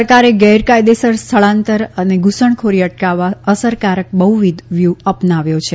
સરકારે ગેરકાયદેસર સ્થળાંતર અને ઘુસણખોરી અટકાવવા અસરકારક બહ્વિધ વ્યુહ્ અપનાવ્યો છે